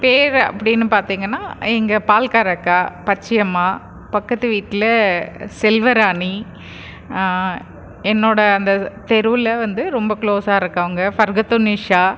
பேர் அப்படின்னு பார்த்தீங்கன்னா எங்கள் பால்கார அக்கா பச்சையம்மா பக்கத்துக்கு வீட்டில் செல்வராணி என்னோடு அந்த தெருவில் வந்து ரொம்ப க்ளோஸாக இருக்கவங்க ஃபர்கத்து நிஷா